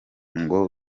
ngo